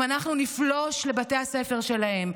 אם נפלוש לבתי הספר שלהם,